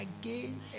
again